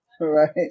right